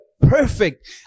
perfect